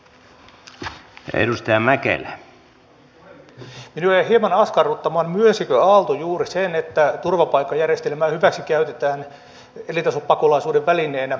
minua jäi hieman askarruttamaan myönsikö aalto juuri sen että turvapaikkajärjestelmää hyväksikäytetään elintasopakolaisuuden välineenä